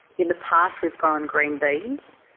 in the past we've grown green beans,